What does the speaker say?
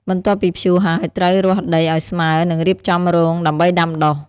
បន្ទាប់ពីភ្ជួរហើយ ត្រូវរាស់ដីឱ្យស្មើ និងរៀបចំរងដើម្បីដាំដុះ។